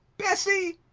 bessie